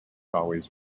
always